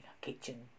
kitchen